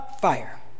fire